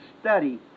study